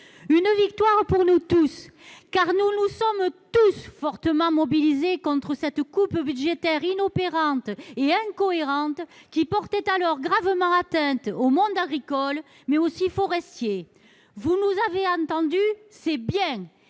une victoire pour nous tous, car nous nous étions tous fortement mobilisés contre cette coupe budgétaire inopérante et incohérente, qui portait gravement atteinte au monde agricole, mais aussi forestier. Nous avons été entendus : c'est bien,